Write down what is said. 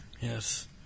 yes